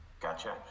Gotcha